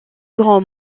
grand